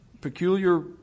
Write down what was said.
peculiar